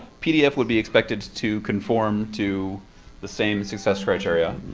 pdf would be expected to conform to the same success criteria.